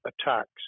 attacks